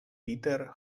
peter